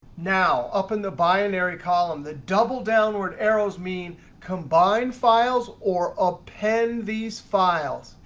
now up in the binary column the double downward arrows mean combine files or append these files.